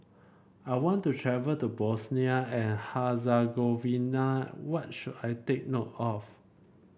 I want to travel to Bosnia and Herzegovina what should I take note of